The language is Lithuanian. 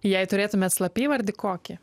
jei turėtumėt slapyvardį kokį